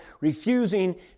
refusing